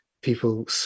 people